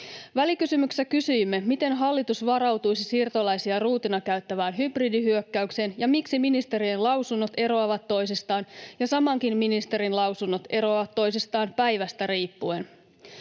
Välikysymyksessä kysyimme, miten hallitus varautuisi siirtolaisia ruutina käyttävään hybridihyökkäykseen ja miksi ministerien lausunnot eroavat toisistaan — samankin ministerin lausunnot eroavat toisistaan päivästä riippuen.